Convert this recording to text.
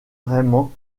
vraiment